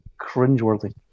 cringeworthy